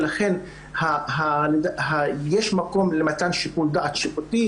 ולכן יש מקום למתן שיקול דעת שיפוטי